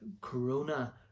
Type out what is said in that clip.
corona